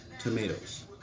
tomatoes